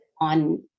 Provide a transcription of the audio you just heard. on